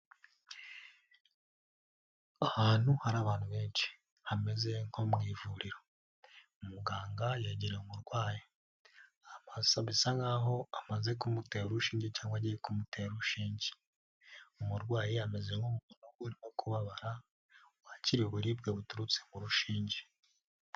Ahantu hari abantu benshi, hameze nko mu ivuriro, umuganga yagereye umurwayi, bisa nk'aho amaze kumutera urushinge cyangwa agiye kumutera urushinge, umurwayi ameze nk'umuntu uri kubabara wakira uburibwe buturutse mu rushinge.